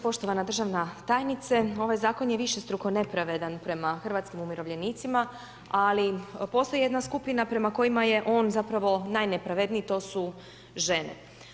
Poštovana državna tajnice, ovaj zakon je višestruko nepravedan prema hrvatskim umirovljenicima ali postoji jedna skupina prema kojima je on zapravo najnepravedniji, to su žene.